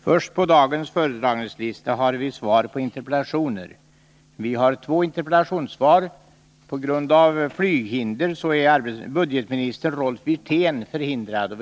Först på dagens föredragningslista har vi två svar på interpellationer. På grund av flyghinder kan budgetminister Rolf Wirtén inte inleda debatten.